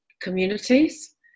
communities